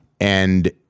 and-